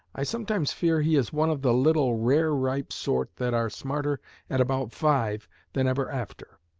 i sometimes fear he is one of the little rare-ripe sort that are smarter at about five than ever after.